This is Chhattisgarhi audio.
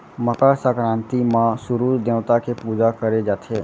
मकर संकरांति म सूरूज देवता के पूजा करे जाथे